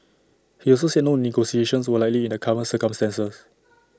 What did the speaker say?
he also said no negotiations were likely in the current circumstances